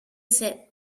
said